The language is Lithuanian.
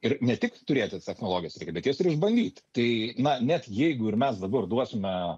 ir ne tik turėti tas technologijas reikia bet jas ir išbandyt tai na net jeigu ir mes dabar duosime